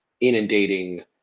inundating